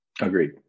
Agreed